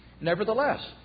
Nevertheless